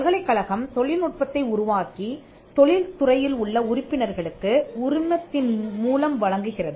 பல்கலைக்கழகம் தொழில்நுட்பத்தை உருவாக்கித் தொழில் துறையில் உள்ள உறுப்பினர்களுக்கு உரிமத்தின் மூலம் வழங்குகிறது